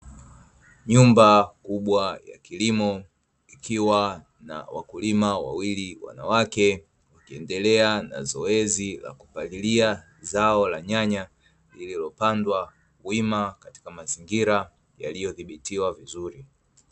Nyumba kubwa ya kilimo, ikiwa na wakulima wawili wanawake, wakiendelea na zoezi la kupalilia zao la nyanya, lililopandwa wima katika mazingira yaliyodhibitiwa vizuri.